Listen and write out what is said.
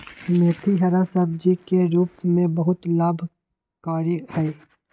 मेथी हरा सब्जी के रूप में बहुत लाभकारी हई